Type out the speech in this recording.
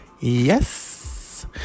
Yes